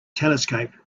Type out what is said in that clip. telescope